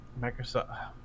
Microsoft